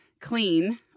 clean